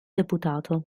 deputato